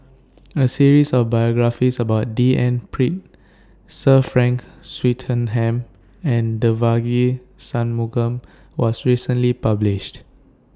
A series of biographies about D N Pritt Sir Frank Swettenham and Devagi Sanmugam was recently published